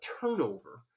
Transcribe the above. turnover